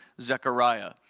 Zechariah